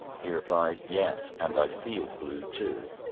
he replied yes! and i feel blue too.